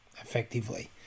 effectively